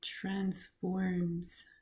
transforms